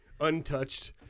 Untouched